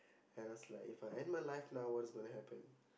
and I was like If I end my life now what's going to happen